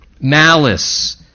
malice